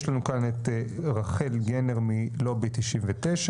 יש לנו כאן את רחל גור מלובי 99,